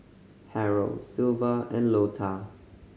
Harrell Sylva and Lota